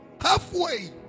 halfway